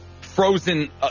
frozen